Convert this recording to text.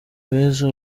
beza